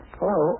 Hello